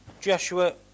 Joshua